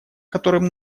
которым